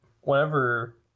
Whenever